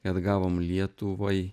atgavom lietuvai